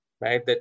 right